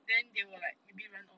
then they will like maybe run off